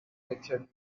richard